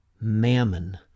mammon